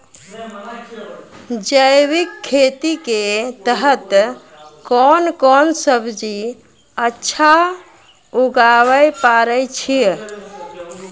जैविक खेती के तहत कोंन कोंन सब्जी अच्छा उगावय पारे छिय?